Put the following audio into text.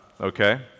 okay